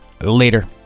later